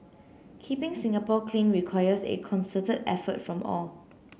keeping Singapore clean requires a concerted effort from all